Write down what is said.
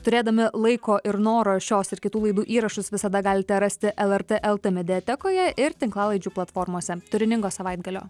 turėdami laiko ir noro šios ir kitų laidų įrašus visada galite rasti lrt lt mediatekoje ir tinklalaidžių platformose turiningo savaitgalio